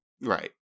Right